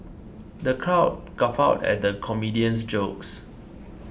the crowd guffawed at the comedian's jokes